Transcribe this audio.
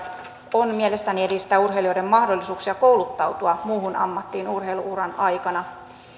on mielestäni edistää urheilijoiden mahdollisuuksia kouluttautua muuhun ammattiin urheilu uran aikana